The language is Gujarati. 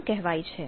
પણ કહેવાય છે